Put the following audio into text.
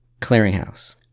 Clearinghouse